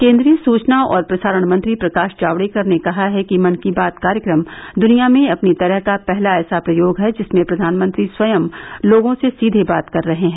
केंद्रीय सूचना और प्रसारण मंत्री प्रकाश जावड़ेकर ने कहा है कि मन की बात कार्यक्रम दुनिया में अपनी तरह का पहला ऐसा प्रयोग है जिसमें प्रधानमंत्री स्वयं लोगों से सीधे बात कर रहे हैं